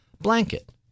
Blanket